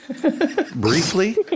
briefly